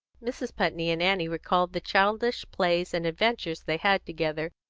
mrs. putney and annie recalled the childish plays and adventures they had together,